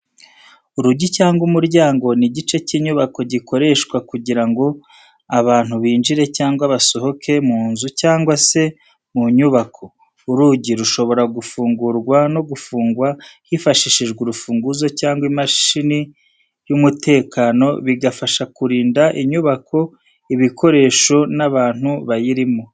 Urugi cyangwa umuryango ni igice cy'inyubako gikoreshwa kugira ngo abantu binjire cyangwa basohoke mu nzu cyangwa se mu nyubako. Urugi rushobora gufungurwa no gufungwa hifashishijwe urufunguzo cyangwa imashini y'umutekano, bigafasha kurinda inyubako, ibikoresho n'abantu bayirimo.